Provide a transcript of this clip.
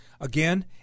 Again